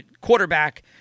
quarterback